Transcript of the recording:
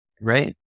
Right